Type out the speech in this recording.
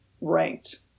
ranked